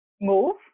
move